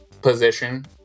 position